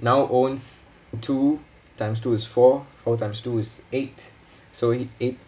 now owns two times two is four four times two is eight so he eight